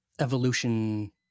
evolution